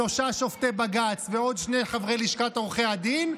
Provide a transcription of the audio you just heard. שלושה שופטי בג"ץ ועוד שני חברי לשכת עורכי הדין,